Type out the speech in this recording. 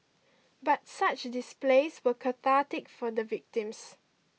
but such displays were cathartic for the victims